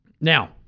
Now